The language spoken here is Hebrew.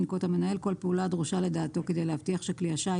ינקוט המנהל כל פעולה הדרושה לדעתו כדי להבטיח כלי השיט